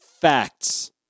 Facts